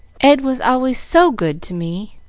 ed was always so good to me!